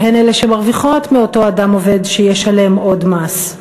שהן אלה שמרוויחות מאותו אדם עובד שישלם עוד מס.